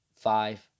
five